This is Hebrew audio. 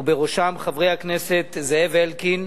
ובראשם חברי הכנסת זאב אלקין,